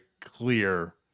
clear